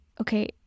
Okay